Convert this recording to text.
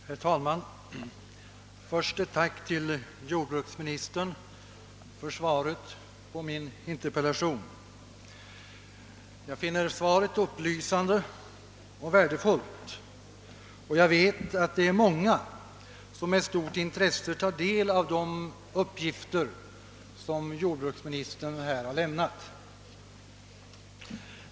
Herr talman! Först ett tack till jordbruksministern för svaret på min interpellation. Jag finner svaret upplysande och värdefullt, och jag vet att det är många som med stort intresse tar del av de uppgifter som jordbruksministern här har lämnat.